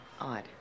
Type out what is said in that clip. Odd